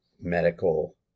medical